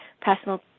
personal